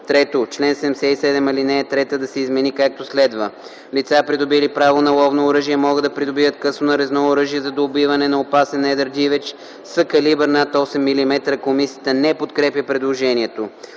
3. Чл. 77 ал. 3 да се измени както следва: „(3) Лица, придобили право на ловно оръжие, могат да придобиват късо нарезно оръжие за доубиване на опасен едър дивеч с калибър над 8 мм.” Комисията не подкрепя предложението.